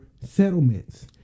settlements